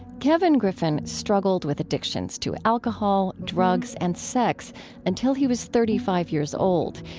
kevin griffin struggled with addictions to alcohol, drugs, and sex until he was thirty five years old.